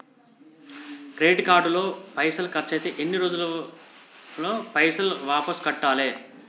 Credit card లో పైసల్ ఖర్చయితే ఎన్ని రోజులల్ల పైసల్ వాపస్ కట్టాలే?